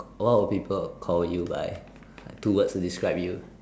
what would people call you by two words to describe you